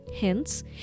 hence